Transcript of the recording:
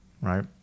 right